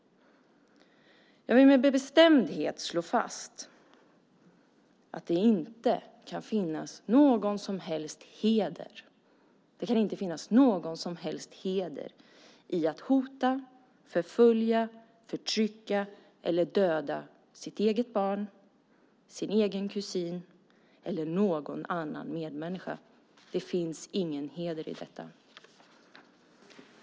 Jag vill med bestämdhet slå fast att det inte kan finnas någon som helst heder i att hota, förfölja, förtrycka eller döda sitt eget barn, sin egen kusin eller någon annan medmänniska. Det finns ingen heder i detta.